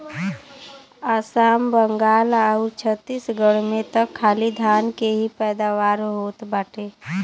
आसाम, बंगाल आउर छतीसगढ़ में त खाली धान के ही पैदावार होत बाटे